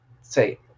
say